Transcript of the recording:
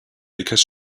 because